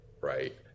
Right